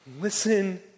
Listen